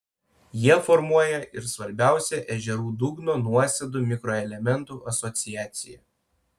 jie formuoja ir svarbiausią ežerų dugno nuosėdų mikroelementų asociaciją